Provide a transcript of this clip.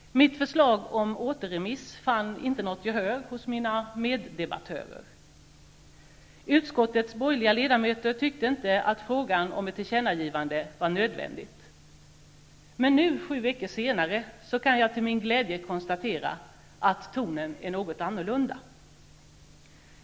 Mitt förslag om återremiss fann inget gehör hos mina meddebattörer. Utskottets borgerliga ledamöter tyckte inte att ett tillkännagivande var nödvändigt. Men nu, sju veckor senare, kan jag till min glädje konstatera att tonen är något annorlunda.